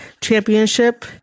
championship